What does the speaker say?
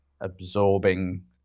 absorbing